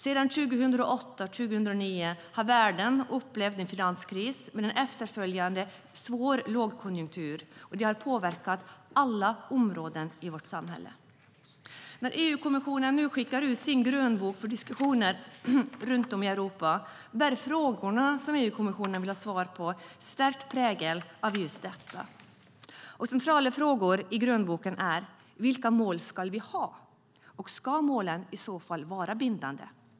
Sedan 2008 och 2009 har världen upplevt en finanskris och en efterföljande lågkonjunktur som har påverkat alla områden av vårt samhälle. När EU-kommissionen nu skickar ut sin grönbok för diskussioner runt om i Europa bär frågorna som EU-kommissionen vill ha svar på stark prägel av just detta. Centrala frågor i grönboken är: Vilka mål ska vi ha? Och ska målen vara bindande?